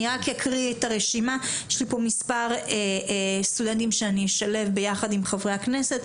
אקרא את רשימת הדוברים מקרב חברי הכנסת שאשלב ביחד עם הסטודנטים,